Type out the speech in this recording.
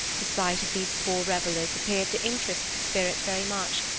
the sight of these poor revellers appeared to interest the spirit very much,